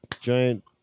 giant